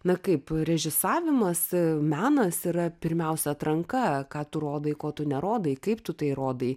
na kaip režisavimas menas yra pirmiausia atranka ką tu rodai ko tu nerodai kaip tu tai rodai